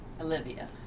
Olivia